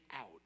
out